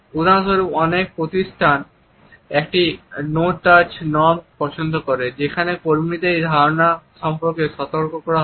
উদাহরণস্বরূপ অনেক প্রতিষ্ঠান একটি নো টাচ নর্ম পছন্দ করে যেখানে কর্মীদের এই ধারণা সম্পর্কে সতর্ক করা হয়